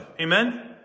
Amen